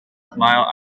smile